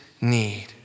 need